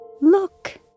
Look